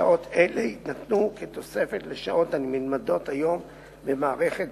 שעות אלה יינתנו כתוספת לשעות הנלמדות היום במערכת